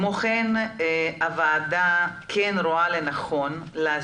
אני אומר לכם את זה במפגיע ואמרתי את זה